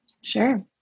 Sure